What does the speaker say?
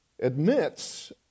admits